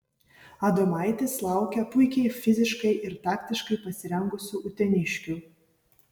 adomaitis laukia puikiai fiziškai ir taktiškai pasirengusių uteniškių